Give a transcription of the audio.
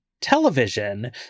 television